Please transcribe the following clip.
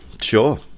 Sure